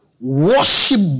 Worship